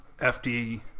FD